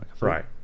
right